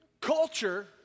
culture